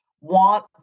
want